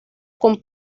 con